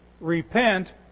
repent